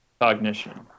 cognition